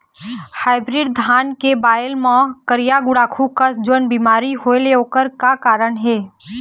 Hybrid धान के बायेल मां करिया गुड़ाखू कस जोन बीमारी होएल ओकर का कारण हे?